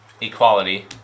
Equality